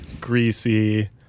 greasy